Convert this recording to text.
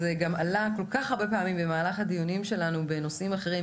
שעלתה כל כך הרבה פעמים במהלך הדיונים שלנו בנושאים אחרים,